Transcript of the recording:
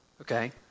okay